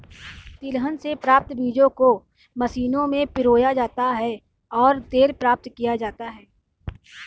तिलहन से प्राप्त बीजों को मशीनों में पिरोया जाता है और तेल प्राप्त किया जाता है